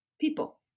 people